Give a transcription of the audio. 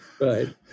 Right